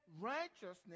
righteousness